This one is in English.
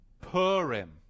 Purim